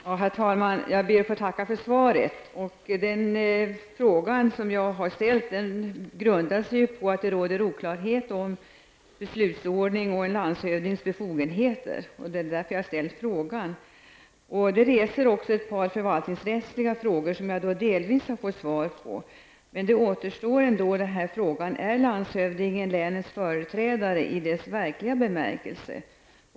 Herr talman! Jag ber att få tacka för svaret. Frågan som jag har ställt grundar sig på att det råder oklarhet om beslutsordning och en landshövdings befogenheter. Det är därför jag har ställt frågan. Frågan reser ett par förvaltningsrättsliga frågor, som jag delvis har fått svar på. Dock återstår frågan om landshövdingen är länets företrädare i dess verkliga bemärkelse.